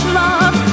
love